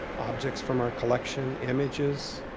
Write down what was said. objects from our collection, images,